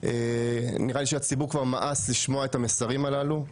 נראה לי שהציבור כבר מאס לשמוע את המסרים הללו.